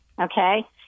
okay